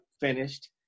finished